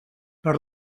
per